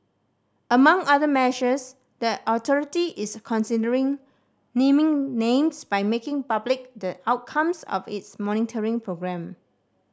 among other measures the authority is considering naming names by making public the outcomes of its monitoring programme